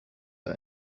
are